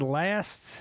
last